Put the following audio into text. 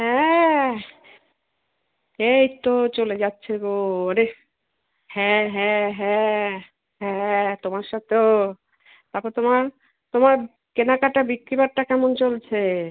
হ্যাঁ এইত্তো চলে যাচ্ছে গো ওরে হ্যাঁ হ্যাঁ হ্যাঁ হ্যাঁ তোমার সাথেও তারপর তোমার তোমার কেনাকাটা বিক্রি বাট্টা কেমন চলছে